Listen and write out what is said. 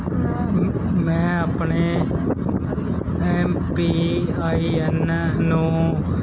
ਮੈਂ ਆਪਣੇ M P I N ਨੂੰ